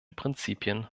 prinzipien